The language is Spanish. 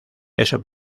eso